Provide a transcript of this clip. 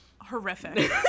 horrific